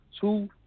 two